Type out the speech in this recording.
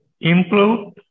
improve